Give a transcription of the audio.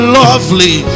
lovely